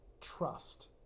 trust